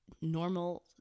normal